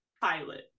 pilot